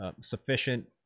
sufficient